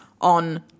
on